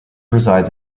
resides